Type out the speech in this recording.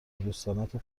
دوستانتو